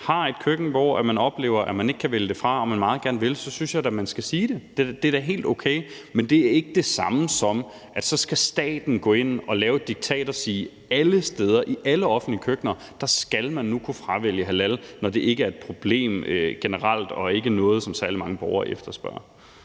er et køkken og man oplever, at man ikke kan vælge det fra, og man meget gerne vil det, så synes jeg da, at man skal sige det. Det er da helt okay. Men det er ikke det samme, som at staten så skal gå ind og lave et diktat og sige, at alle steder i alle offentlige køkkener skal man nu kunne fravælge halal, når det ikke er et problem generelt og ikke er noget, som særlig mange borgere efterspørger.